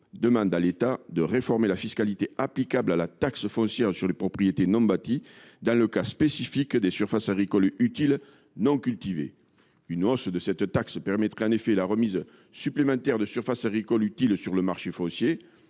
pour objectifs de réformer la fiscalité applicable à la taxe foncière sur les propriétés non bâties dans le cas spécifique des surfaces agricoles utiles non cultivées. Une hausse de cette taxe permettrait la remise supplémentaire de surfaces agricoles utiles sur le marché foncier,